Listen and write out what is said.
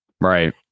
Right